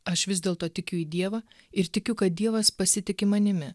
aš vis dėlto tikiu į dievą ir tikiu kad dievas pasitiki manimi